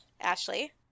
Ashley